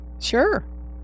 Sure